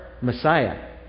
Messiah